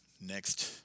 next